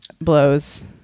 blows